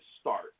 start